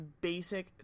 basic